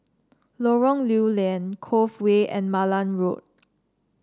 Lorong Lew Lian Cove Way and Malan Road